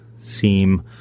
seem